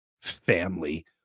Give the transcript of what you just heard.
family